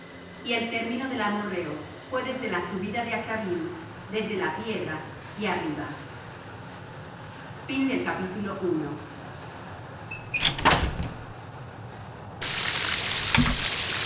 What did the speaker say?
y el término del amorrheo fué desde la subida de acrabim desde la piedra y arriba